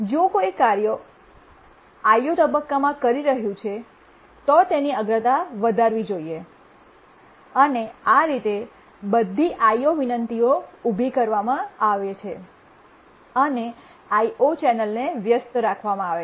જો કોઈ કાર્ય IO તબક્કામાં કરી રહ્યું છે તો તેની અગ્રતા વધારવી જોઈએ અને આ રીતે બધી IO વિનંતીઓ ઉભી કરવામાં આવે છે અને IO ચેનલને વ્યસ્ત રાખવામાં આવે છે